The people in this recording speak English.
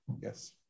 Yes